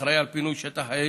האחראי על פינוי שטח האש,